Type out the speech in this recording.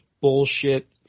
bullshit